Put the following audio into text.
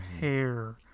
hair